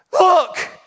Look